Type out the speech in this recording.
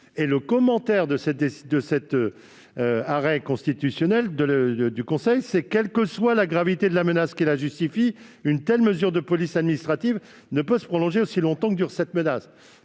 le commentaire que le Conseil fait de cette décision, quelle que soit la gravité de la menace qui la justifie, une telle mesure de police administrative ne peut se prolonger aussi longtemps que dure cette menace.